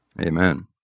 Amen